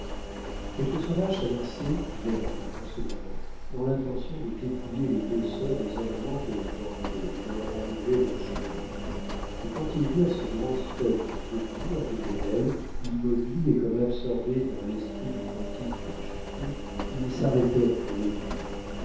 quelques sauvages s'avançaient vers eux en ce moment dans l'intention de dépouiller les deux sœurs des ornements qu'elles portaient et de leur enlever leurs chevelures mais quand ils virent ce grand spectre debout à côté d'elles immobile et comme absorbé dans l'esprit du cantique qu'il chantait ils s'arrêtèrent pour l'écouter